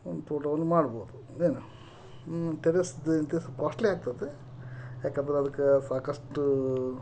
ಒಂದು ತೋಟವನ್ನು ಮಾಡ್ಬೋದು ಏನು ಟೆರೆಸ್ದ್ ಇನ್ಕೇಸ್ ಕಾಸ್ಟ್ಲಿ ಆಗ್ತದೆ ಯಾಕಂದ್ರೆ ಅದಕ್ಕೆ ಸಾಕಷ್ಟು